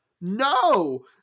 no